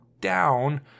down